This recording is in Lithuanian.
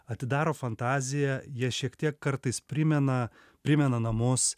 atidaro fantaziją jie šiek tiek kartais primena primena namus